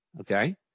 okay